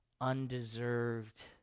undeserved